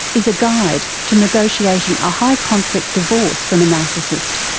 is a guide to negotiating a high conflict divorce from a narcissist.